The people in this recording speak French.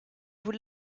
vous